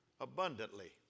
abundantly